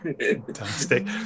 Fantastic